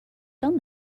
done